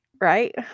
Right